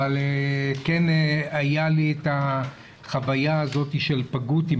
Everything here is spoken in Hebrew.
אבל כן היה לי את החוויה הזאת של פגות עם